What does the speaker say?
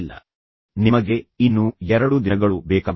ಆದ್ದರಿಂದ ನಿಮಗೆ ಇನ್ನೂ ಎರಡು ದಿನಗಳು ಬೇಕಾಗುತ್ತವೆ